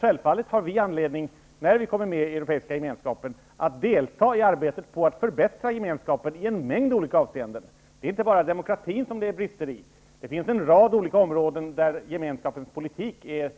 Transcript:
Självfallet har vi anledning, när vi kommer med i den europeiska gemenskapen, att delta i arbetet på att förbättra gemenskapen i en mängd olika avseenden. Det är inte enbart i demokratin som det finns brister. Det finns en rad olika områden där Europeiska gemenskapens politik är